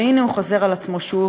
והנה הוא חוזר על עצמו שוב,